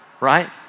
right